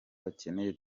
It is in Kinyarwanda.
bakeneye